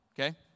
okay